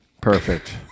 Perfect